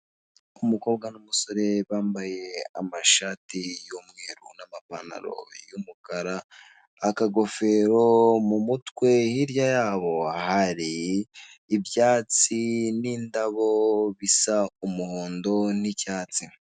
Umukobwa n'umusore bambaye amashati y'umweru n'amapantaro y'umukara, akagofero mu mutwe, hirya yaho hari ibyatsi n'indabo, bisa umuhondo n'icyatsi.